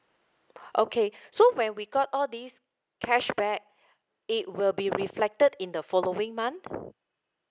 okay so when we got all these cashback it will be reflected in the following month